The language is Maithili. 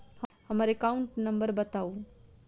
हम्मर एकाउंट नंबर बताऊ?